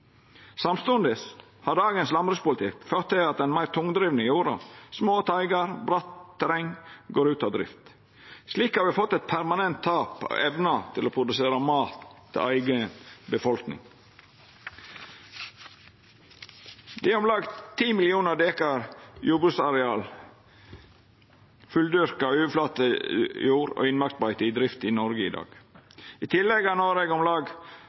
Samstundes har dagens landbrukspolitikk ført til at den meir tungdrivne jorda – små teigar, bratt terreng – går ut av drift. Slik har me fått eit permanent tap av evna til å produsera mat til eiga befolkning. Det er om lag 10 millionar dekar jordbruksareal – fulldyrka jord, overflatejord og innmarksbeite – i drift i Noreg i dag. I tillegg har Noreg om lag